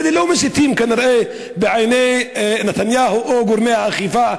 אלה כנראה לא מסיתים בעיני נתניהו או גורמי האכיפה,